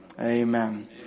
Amen